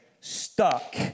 stuck